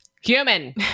Human